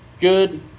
Good